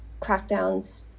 crackdowns